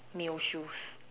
male shoes